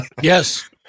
Yes